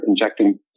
injecting